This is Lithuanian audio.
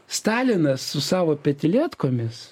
stalinas su savo petilietkomis